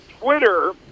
Twitter